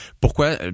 Pourquoi